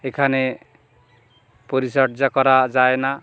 এখানে পরিচর্যা করা যায় না